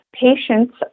patients